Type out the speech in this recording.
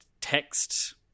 text